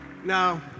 Now